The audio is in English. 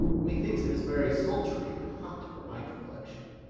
methinks it is very sultry and hot for my complexion.